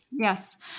Yes